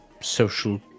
social